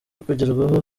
kugerwaho